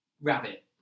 rabbit